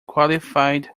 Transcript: qualified